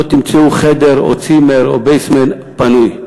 לא תמצאו חדר או צימר או בייסמנט פנוי.